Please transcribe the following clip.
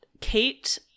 Kate